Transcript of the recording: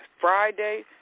Friday